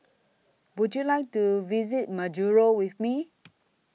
Would YOU like to visit Majuro with Me